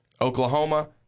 Oklahoma